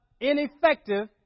ineffective